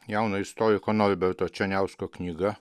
jauno istoriko norberto černiausko knyga